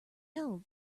know